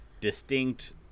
distinct